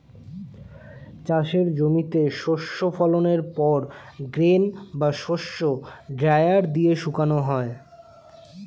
চাষের জমিতে শস্য ফলনের পর গ্রেন বা শস্য ড্রায়ার দিয়ে শুকানো হয়